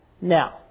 Now